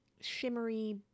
shimmery